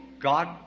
God